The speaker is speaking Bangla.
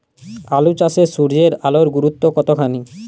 আলু চাষে সূর্যের আলোর গুরুত্ব কতখানি?